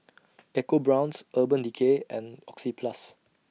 EcoBrown's Urban Decay and Oxyplus